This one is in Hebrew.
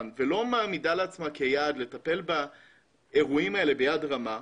ולא מעמידה לעצמה כיעד לטפל באירועים האלה ביד רמה,